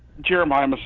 Jeremiah